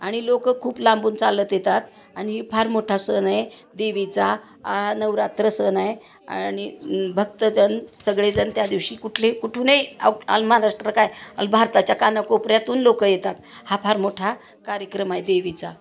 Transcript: आणि लोक खूप लांबून चालत येतात आणि ही फार मोठा सण आहे देवीचा नवरात्र सण आहे आणि भक्तजन सगळेजण त्या दिवशी कुठले कुठूनही अ ऑल महाराष्ट्र काय ऑल भारताच्या कानाकोपऱ्यातून लोक येतात हा फार मोठा कार्यक्रम आहे देवीचा